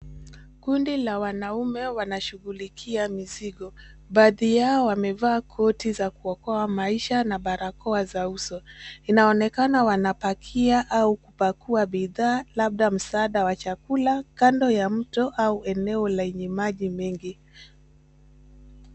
Kundi la wanaume wanashughulikia mizigo. Baadhi yao wamevaa koti za kuokoa maisha na barakoa za uso. Inaonekana wanapakia au kupakua bidhaa labda msaada wa chakula kando ya mto au eneo lenye maji mengi.